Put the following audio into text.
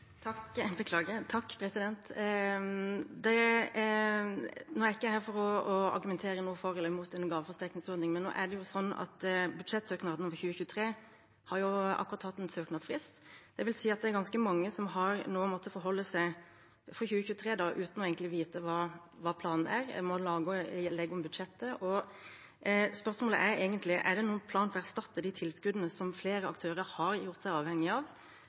Nå er ikke jeg her for å argumentere for eller mot en gaveforsterkningsordning, men budsjettet for 2023 har akkurat hatt en søknadsfrist. Det vil si at det er ganske mange som nå har måttet forholde seg til 2023 uten å vite hva planen er – man må lage og legge om budsjettet. Spørsmålet er egentlig: Er det noen plan for å erstatte de tilskuddene som flere aktører har gjort seg avhengig av?